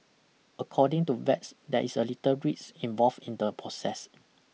according to vets there is a little risk involve in the process